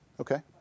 Okay